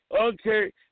okay